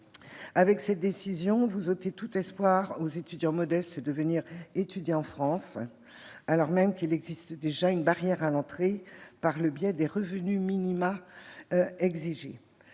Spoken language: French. Avec cette décision, vous ôtez tout espoir aux étudiants modestes de venir étudier en France, alors même qu'il existe déjà une barrière à l'entrée par le biais des revenus minimaux exigés.